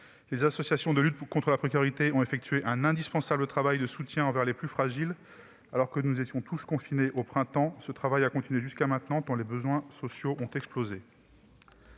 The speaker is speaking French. engagées dans la lutte contre la précarité ont effectué un indispensable travail de soutien envers les plus fragiles, alors que nous étions tous confinés au printemps. Ce travail a continué jusqu'à maintenant, tant les besoins sociaux ont explosé.